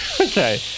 Okay